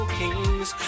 kings